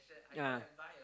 ya